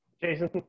Jason